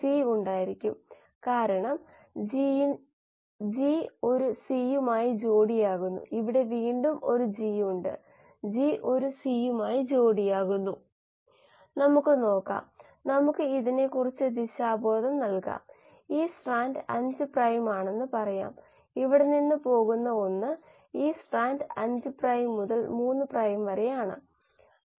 ചില പ്രധാന ആശയങ്ങൾ നമ്മൾ പരിശോധിച്ചു മോണോഡ് മോഡൽ നൽകുന്ന സബ്സ്ട്രേറ്റ് ഗാഢതയിൽ നിർദ്ദിഷ്ട വളർച്ചാ നിരക്കിന്റെ ആശ്രയം പിന്നെ വേറെ മോഡലുകളായ Moser model Andrews Noack model എന്നിവയും ഉണ്ടെന്ന് പറഞ്ഞു